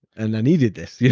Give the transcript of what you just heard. and i needed this, yeah